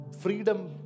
freedom